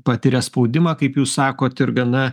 patiria spaudimą kaip jūs sakot ir gana